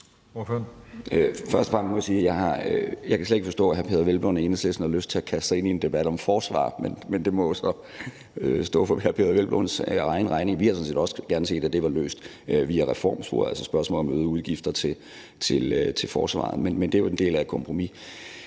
fremmest må jeg sige, at jeg slet ikke kan forstå, at hr. Peder Hvelplund og Enhedslisten har lyst til at kaste sig ind i en debat om forsvar, men det må så stå for hr. Peder Hvelplunds egen regning. Vi havde sådan set også gerne set, at det var løst via reformsporet, altså spørgsmålet om øgede udgifter til forsvaret. Men det er jo en del af et kompromis.